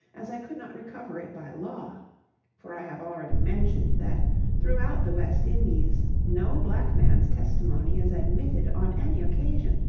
as i could not recover it by law for i have already mentioned, that throughout the west indies no black man's testimony is admitted, on any occasion,